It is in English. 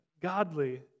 godly